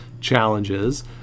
challenges